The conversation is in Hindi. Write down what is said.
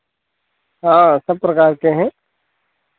हाँ सब प्रकार के हैं